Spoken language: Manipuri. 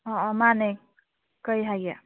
ꯑꯥ ꯑꯥ ꯃꯥꯅꯦ ꯀꯩ ꯍꯥꯏꯒꯦ